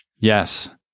Yes